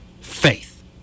faith